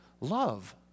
love